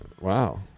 Wow